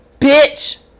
Bitch